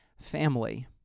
family